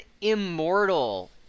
immortal